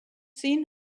seen